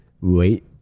wait